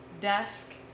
desk